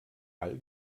all